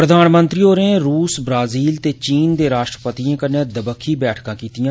प्रधानमंत्री होरें रुस ब्राजील ते चीन दे राष्ट्रपतिएं कन्नै दबक्खी बैठकां कीतियां